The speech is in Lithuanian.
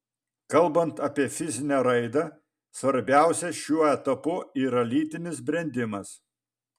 kalbant apie fizinę raidą svarbiausia šiuo etapu yra lytinis brendimas